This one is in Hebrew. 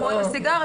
כמו עם הסיגריות,